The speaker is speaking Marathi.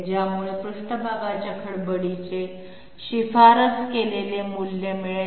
ज्यामुळे पृष्ठभागाच्या खडबडीचे शिफारस केलेले मूल्य मिळेल